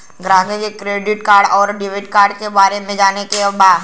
ग्राहक के credit card और डेविड कार्ड के बारे में जाने के बा?